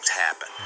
happen